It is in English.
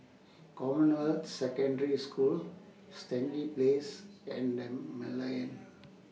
Commonwealth Secondary School Stangee Place and The Merlion